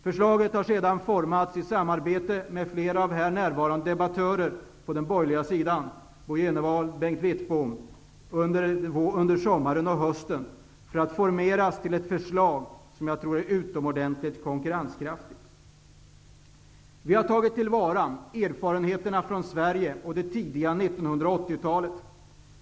Förslaget har sedan formats under sommaren och hösten i samarbete med flera här närvarande debattörer på den borgerliga sidan -- Bo G Jenevall och Bengt Wittbom. Det har utformats ett förslag som jag tror är utomordentligt konkurrenskraftigt. Vi har tagit till vara erfarenheterna från Sverige och det tidiga 1980-talet.